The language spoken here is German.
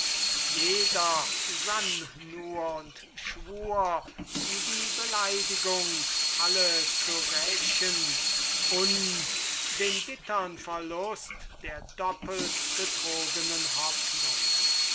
jeder sann nur und schwur die beleidigung alle zu rächen und den bittern verlust der doppelt betrogenen hoffnung